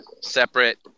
Separate